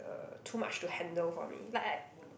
uh too much to handle for me like I